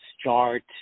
start